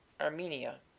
Armenia